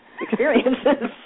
experiences